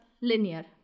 linear